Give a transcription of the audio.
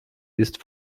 ist